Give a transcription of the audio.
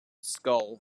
skull